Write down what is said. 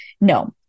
no